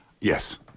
yes